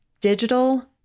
digital